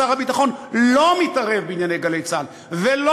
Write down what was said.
שר הביטחון לא מתערב בענייני "גלי צה"ל" ולא